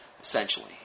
essentially